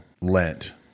Lent